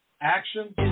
action